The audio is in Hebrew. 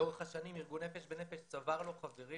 לאורך השנים ארגון "נפש בנפש" צבר לו חברים